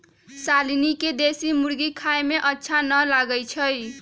शालनी के देशी मुर्गी खाए में अच्छा न लगई छई